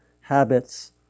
habits